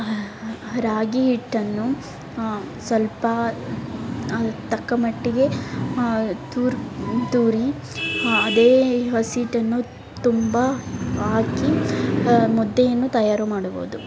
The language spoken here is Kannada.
ರಾಗಿ ಹಿಟ್ಟನ್ನು ಸ್ವಲ್ಪ ತಕ್ಕ ಮಟ್ಟಿಗೆ ಆ ತೂರಿ ತೂರಿ ಅದೇ ಹಸಿ ಹಿಟ್ಟನ್ನು ತುಂಬ ಹಾಕಿ ಮುದ್ದೆಯನ್ನು ತಯಾರು ಮಾಡ್ಬೋದು